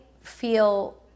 feel